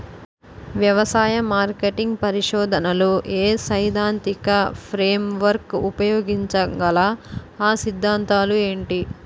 వ్యవసాయ మార్కెటింగ్ పరిశోధనలో మీ సైదాంతిక ఫ్రేమ్వర్క్ ఉపయోగించగల అ సిద్ధాంతాలు ఏంటి?